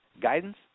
guidance